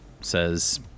says